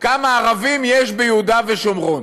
כמה ערבים יש ביהודה ושומרון,